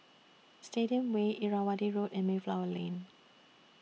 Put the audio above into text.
Stadium Way Irrawaddy Road and Mayflower Lane